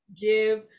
give